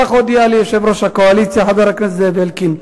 כך הודיע לי יושב-ראש הקואליציה חבר הכנסת זאב אלקין.